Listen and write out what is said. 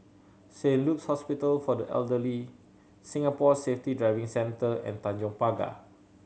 Saint Luke's Hospital for the Elderly Singapore Safety Driving Centre and Tanjong Pagar